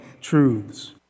truths